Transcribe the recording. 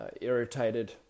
irritated